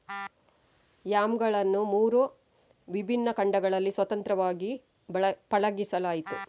ಯಾಮ್ಗಳನ್ನು ಮೂರು ವಿಭಿನ್ನ ಖಂಡಗಳಲ್ಲಿ ಸ್ವತಂತ್ರವಾಗಿ ಪಳಗಿಸಲಾಯಿತು